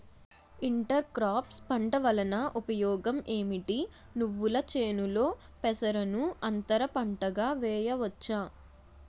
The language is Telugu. ఇంటర్ క్రోఫ్స్ పంట వలన ఉపయోగం ఏమిటి? నువ్వుల చేనులో పెసరను అంతర పంటగా వేయవచ్చా?